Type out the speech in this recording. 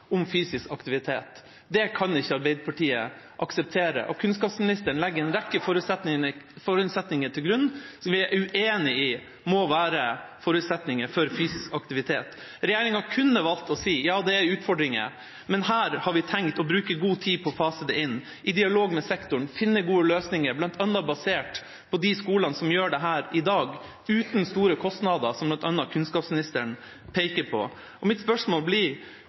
fysisk aktivitet. Det kan ikke Arbeiderpartiet akseptere, og kunnskapsministeren legger til grunn en rekke forutsetninger som vi er uenig i at må være forutsetninger for fysisk aktivitet. Regjeringa kunne valgt å si at det er utfordringer, men at de har tenkt å bruke god tid på å fase dette inn i dialog med sektoren og finne gode løsninger, bl.a. basert på skolene som gjør dette i dag, uten store kostnader, som kunnskapsministeren peker på. Mitt spørsmål blir: